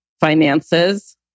Finances